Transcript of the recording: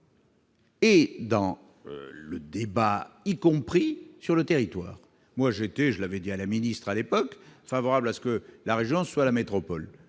lors du débat qui a eu lieu sur le territoire. J'étais, je l'avais dit à la ministre à l'époque, favorable à ce que la région soit la métropole.